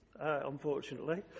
unfortunately